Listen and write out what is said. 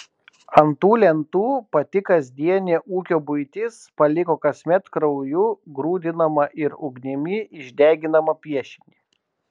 ant tų lentų pati kasdienė ūkio buitis paliko kasmet krauju grūdinamą ir ugnimi išdeginamą piešinį